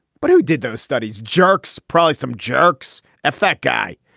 but who did those studies jerks. probably some jerks if that guy.